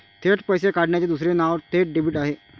थेट पैसे काढण्याचे दुसरे नाव थेट डेबिट आहे